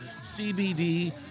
CBD